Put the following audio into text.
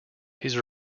his